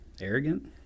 Arrogant